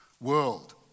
World